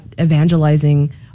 evangelizing